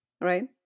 right